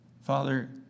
Father